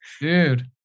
Dude